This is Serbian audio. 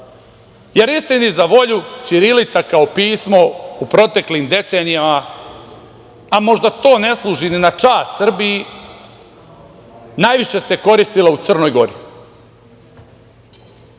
jer istini za volju ćirilica kao pismo u proteklim decenijama, a možda to ne služi ni na čast Srbiji, najviše se koristila u Crnoj Gori.